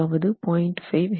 அதாவது 0